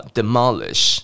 Demolish